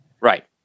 Right